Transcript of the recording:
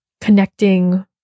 connecting